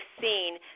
seen